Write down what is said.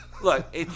look